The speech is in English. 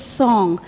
song